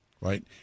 right